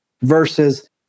versus